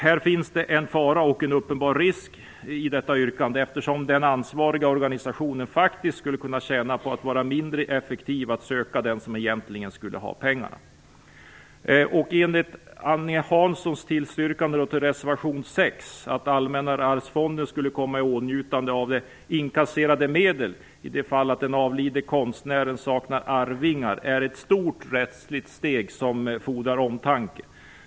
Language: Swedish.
Det finns en fara och en risk i detta yrkande, eftersom den ansvariga organisationen faktiskt skulle kunna tjäna på att vara mindre effektiv att söka den som egentligen skulle ha pengarna. Angående Agne Hanssons tillstyrkande till reservation 6, där det föreslås att Allmänna arvsfonden inte skulle kunna komma i åtnjutande av de inkasserade medlen i de fall att den avlidne konstnären saknar arvingar, är detta ett stort rättsligt steg som fordrar omtanke.